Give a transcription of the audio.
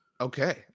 Okay